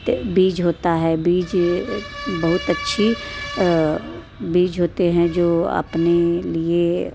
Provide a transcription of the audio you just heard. तो बीज होता है बीज बहुत अच्छी बीज होते हैं जो अपने लिए